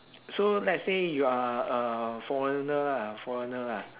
so let's say you are a foreigner lah foreigner lah